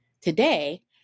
Today